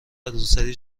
روسری